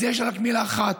אז יש רק מילה אחת,